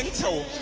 so